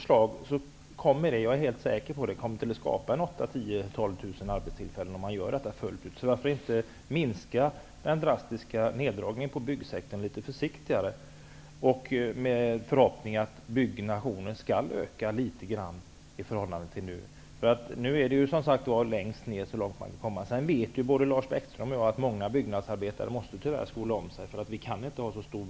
Jag är helt säker på att vårt förslag skulle skapa 8 000--12 000 arbetstillfällen, om det genomförs fullt ut. Varför inte minska den drastiga neddragningen på byggsektorn litet försiktigare, med förhoppning att byggnationen skall öka litet grand i förhållande till hur det är nu? Nu är byggnationen, som sagt var, så långt ner den kan komma. Både Lars Bäckström och jag vet ju att många byggnadsarbetare tyvärr måste skola om sig, eftersom branschen inte kan vara så stor.